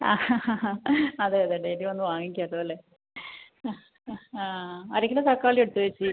അതെ അതെ ഡെയിലി വന്ന് വാങ്ങിക്കാമല്ലോ അല്ലേ ആ ആ ആ അര കിലോ തക്കാളി എടുത്തോ ചേച്ചി